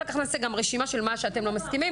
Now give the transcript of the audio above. אחר כך נעשה גם רשימה של מה שאתם לא מסכימים.